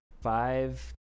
five